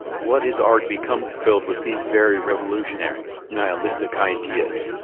what is art becomes filled with these very revolutionary, nihilistic ideas.